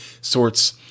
sorts